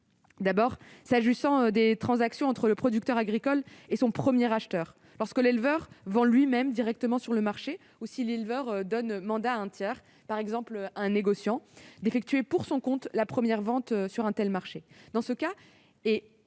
dans le cas d'une transaction entre le producteur agricole et son premier acheteur, c'est-à-dire lorsque l'éleveur vend lui-même directement sur le marché ou si l'éleveur donne mandat à un tiers, par exemple à un négociant, d'effectuer pour son compte la première vente sur un tel marché.